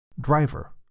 Driver